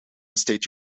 state